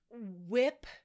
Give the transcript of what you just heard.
whip